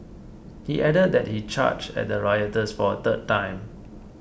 he added that he charged at the rioters for a third time